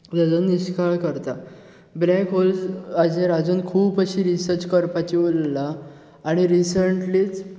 तेजो निश्काळ करता ब्लॅक होल हाचेर अजून खूब अशी रिसर्च करपाची उरल्या आनी रिसेंटलीच